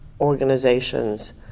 organizations